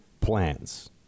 plans